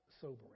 sobering